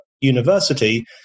University